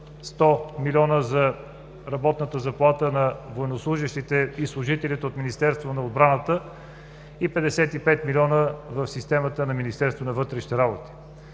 100 млн. лв. за работната заплата на военнослужещите и служителите от Министерството на отбраната и 55 млн. лв. в системата на Министерството на вътрешните работи.